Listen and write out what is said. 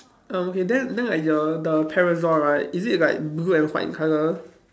um okay then then like your the parasol right is it like blue and white in colour